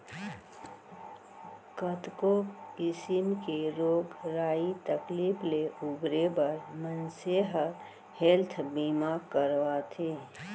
कतको किसिम के रोग राई तकलीफ ले उबरे बर मनसे ह हेल्थ बीमा करवाथे